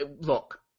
look